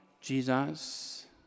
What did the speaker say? Jesus